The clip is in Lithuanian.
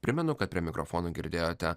primenu kad prie mikrofono girdėjote